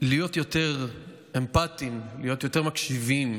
להיות יותר אמפתיים, להיות יותר מקשיבים,